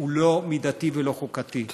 הוא לא מידתי ולא חוקתי,